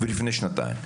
ולפני שנתיים.